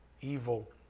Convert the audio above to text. evil